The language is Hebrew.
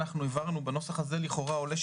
בנוסח הזה לכאורה עולה,